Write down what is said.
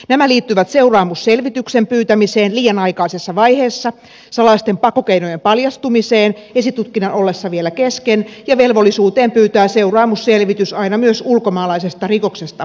nämä liittyvät seuraamusselvityksen pyytämiseen liian aikaisessa vaiheessa salaisten pakkokeinojen paljastumiseen esitutkinnan ollessa vielä kesken ja velvollisuuteen pyytää seuraamusselvitys aina myös ulkomaalaisesta rikoksesta epäillystä